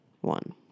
one